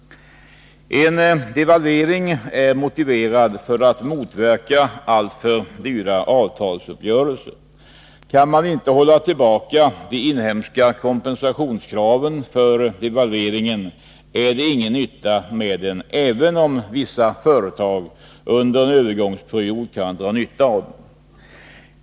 En devalvering är motiverad för att motverka alltför dyra avtalsuppgörelser. Kan man inte hålla tillbaka de inhemska kompensationskraven för devalveringen, är det ingen nytta med den, även om vissa företag under en övergångsperiod kan dra nytta av den.